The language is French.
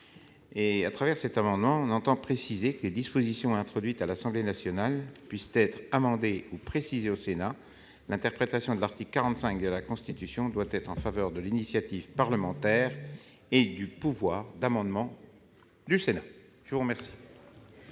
Au travers de cet amendement, nous entendons préciser que les dispositions introduites à l'Assemblée nationale peuvent être amendées ou précisées au Sénat. L'interprétation de l'article 45 de la Constitution doit être en faveur de l'initiative parlementaire et du pouvoir d'amendement du Sénat. Quel